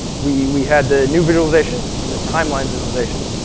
we we had the new visualization in the timeline visualization.